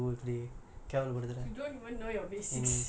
அது:athu rooster இல்ல:illa